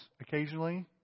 occasionally